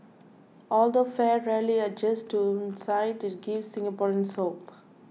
although fare rarely adjusts downwards it gives Singaporeans hope